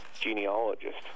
genealogist